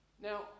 Now